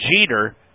Jeter